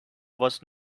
was